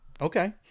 Okay